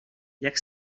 jak